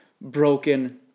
broken